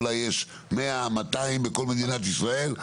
יש אולי 200-100 בכל מדינת ישראל,